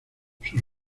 sus